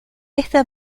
esta